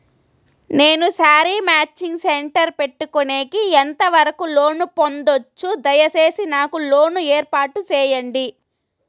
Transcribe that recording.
నేను sari matching centre పెట్టుకునేకి ఎంత వరకు లోను పొందొచ్చు? దయసేసి నాకు లోను ఏర్పాటు సేయండి?